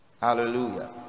Hallelujah